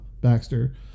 Baxter